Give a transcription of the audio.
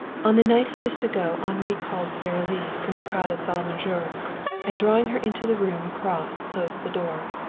on the night he was to go henri called sara lee from the crowded salle a manger and drawing her into the room across closed the door.